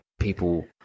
people